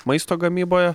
maisto gamyboje